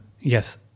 Yes